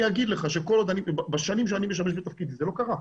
אני אגיד לך שבשנים שאני משמש בתפקיד זה לא קרה,